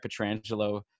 Petrangelo